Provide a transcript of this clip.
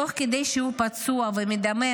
תוך כדי שהוא פצוע ומדמם,